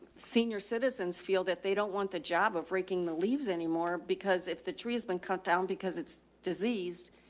senior citizens feel that they don't want the job of raking the leaves anymore because if the tree has been cut down because it's diseased,